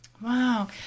Wow